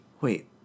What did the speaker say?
Wait